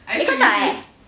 kau tak eh